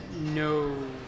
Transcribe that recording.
no